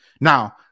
Now